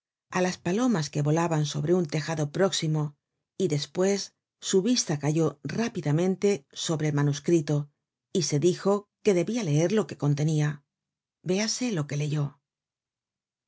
á las palomas que volaban sobre un tejado próximo y despues su vista cayó rápidamente sobre el manuscrito y se dijo que debia leer lo que contenia véase lo que leyó